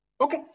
okay